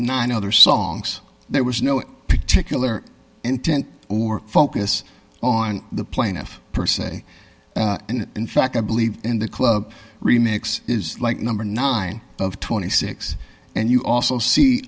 nine other songs there was no particular intent or focus on the plaintiff per se and in fact i believe in the club remakes is like number nine of twenty six and you also see